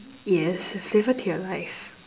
yes add flavour to your life